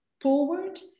forward